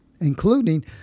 including